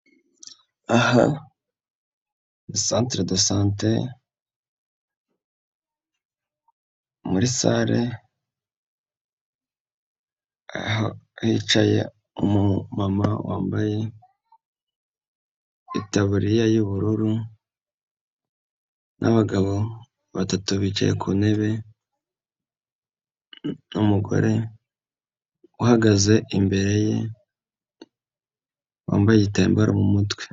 Aha ni centre de sante, muri salle hicaye umu mama wambaye itaburiya y'ubururu, nabagabo batatu bicaye ku ntebe, n'umugore uhagaze imbere wambaye igitambaro mu mutwe.